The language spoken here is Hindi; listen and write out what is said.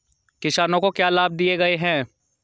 किसानों को क्या लाभ दिए गए हैं?